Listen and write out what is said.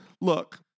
look